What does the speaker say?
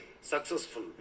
successful